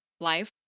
life